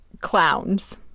clowns